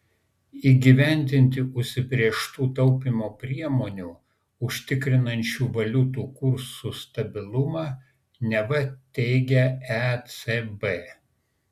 įgyvendinti užsibrėžtų taupymo priemonių užtikrinančių valiutų kursų stabilumą neva teigia ecb